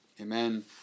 Amen